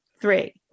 three